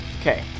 okay